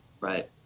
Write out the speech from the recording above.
Right